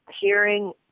hearing